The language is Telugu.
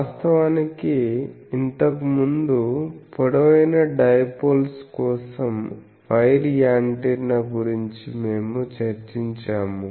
వాస్తవానికి ఇంతకుముందు పొడవైన డైపోల్స్ కోసం వైర్ యాంటెన్నా గురించి మేము చర్చించాము